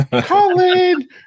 Colin